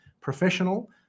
professional